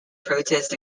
protest